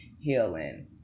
healing